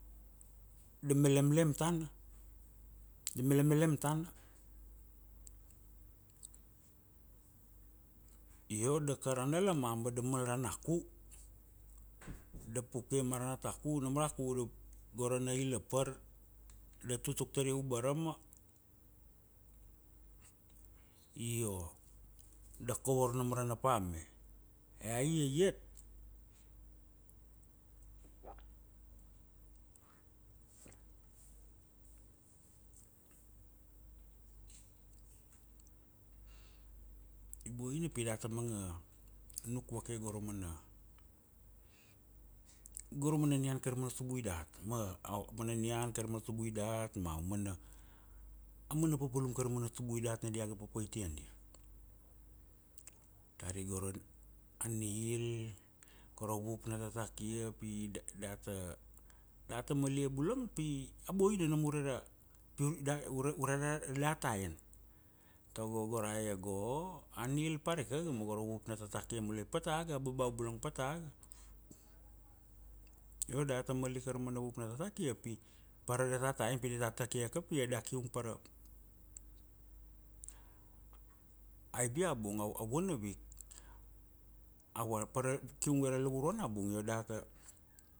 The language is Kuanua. Da melemlem tana, da melemelem tana. Io da ka ra ana lama ma da mal ra ana ku, da pukia ma ra ana ta ku nam ra ku da goro ana ilapar, da tutuk tar ia ubarama, io da kovor nam ra ana pa me, ea iaiat. I boina pi data manga nuk vake go ra mana, go ra mana nian kai ra mana tubui dat, ma mana nian kai ra mana tubui dat ma a mana, a mana papalum kai ra mana tubui dat na dia ga papait ia ania. Dari go ra nil, go ra vup na tatakia pi data, data malia bulang pi a boina nam ure ra, tago go rae go a nil parika ga, ma go ra vup na tatakia mulai pata ga, a babau bula pata ga. Io data mal ika ra mana vup na tatakia pi pa ra data ta en, pi data takie kapia, da kiung pa ra, aivia bung a vana week kiung vue ra lavurua na bung, io data